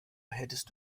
hättest